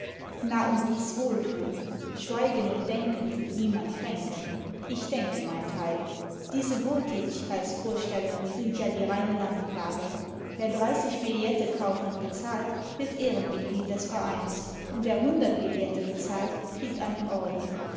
na und dies wohlthun schweigen und denken tut niemand kränken ich denke mein teil diese wohltätigkeitsvorstellungen sind ja die reine landplage wer dreißig billette kauft und bezahlt wird ehrenmitglied des vereins und wer hundert billette bezahlt krit einen orden